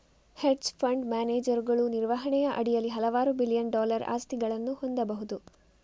hedge fund ಮ್ಯಾನೇಜರುಗಳು ನಿರ್ವಹಣೆಯ ಅಡಿಯಲ್ಲಿ ಹಲವಾರು ಬಿಲಿಯನ್ ಡಾಲರ್ ಆಸ್ತಿಗಳನ್ನು ಹೊಂದಬಹುದು